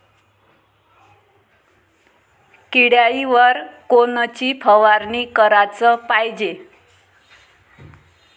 किड्याइवर कोनची फवारनी कराच पायजे?